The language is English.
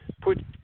put